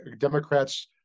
Democrats